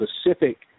specific